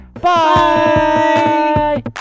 bye